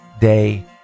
day